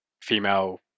female